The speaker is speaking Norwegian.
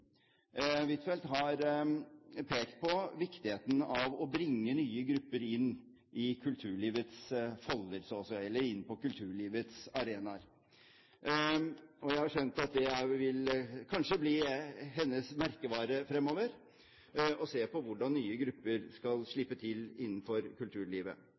Huitfeldt har pekt på viktigheten av å bringe nye grupper inn på kulturlivets arenaer. Jeg har skjønt at det kanskje vil bli hennes merkevare fremover å se på hvordan nye grupper skal slippe til innenfor kulturlivet.